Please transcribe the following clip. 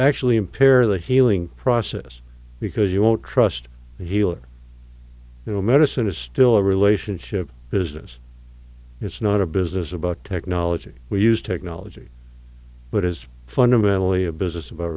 actually impair the healing process because you won't trust healer you know medicine is still a relationship business it's not a business about technology we use technology but it is fundamentally a business about